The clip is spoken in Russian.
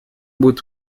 будет